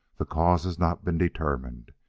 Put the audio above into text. the cause has not been determined.